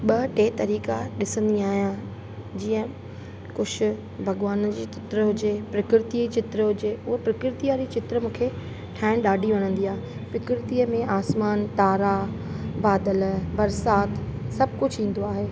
ॿ टे तरीक़ा ॾिसंदी आहियां जीअं कुझु भॻवान जी चित्र हुजे प्रकृति चित्र हुजे उहो प्रकृतिअ वारी चित्र मूंखे ठाहिणु ॾाढी वणंदी आहे प्रकृतिअ में आसमान तारा बादल बरसाति सभु कुझु ईंदो आहे